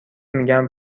میگن